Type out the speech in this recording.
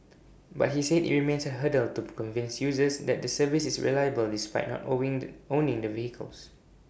but he said IT remains A hurdle to convince users that the service is reliable despite not owing the owning the vehicles